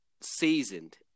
seasoned